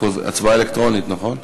אם כן,